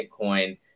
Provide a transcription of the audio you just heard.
Bitcoin